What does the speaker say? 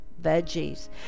veggies